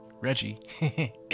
Reggie